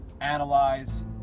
analyze